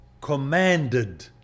commanded